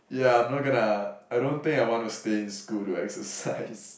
ya I'm not gonna I don't think I want to stay in school to exercise